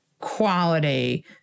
quality